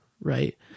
right